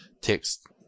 text